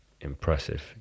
impressive